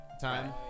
time